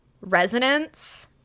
resonance –